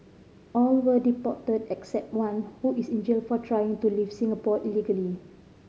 all were deported except one who is in jail for trying to leave Singapore illegally